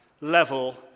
level